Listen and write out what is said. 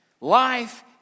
Life